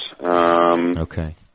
Okay